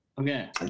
Okay